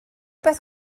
beth